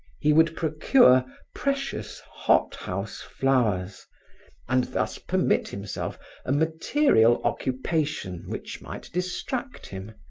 he would procure precious hot-house flowers and thus permit himself a material occupation which might distract him,